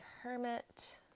hermit